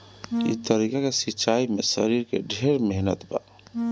ई तरीका के सिंचाई में शरीर के ढेर मेहनत बा